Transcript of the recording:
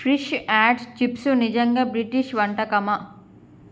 fish and chips నిజంగా British వంటకమా